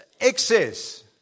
excess